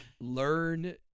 learn